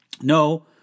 No